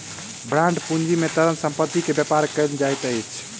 bond पूंजी में तरल संपत्ति के व्यापार कयल जाइत अछि